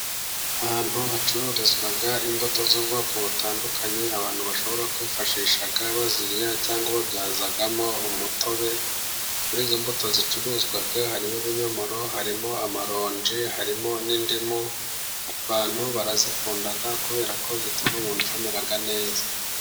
Ahantu hacururizwa imbuto z'ubwoko butandukanye. Abantu bashobora kwifashisha bazirya cyangwa babyazamo umutobe. Muri izo mbuto zicuruzwa harimo ibinyomoro ,harimo amaronje harimo n'indimu. Abantu barazikunda kubera ko zituma mu nda hamera neza.